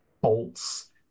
bolts